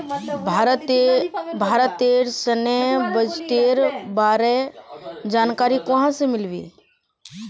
भारतेर सैन्य बजटेर बारे जानकारी कुहाँ से मिल बे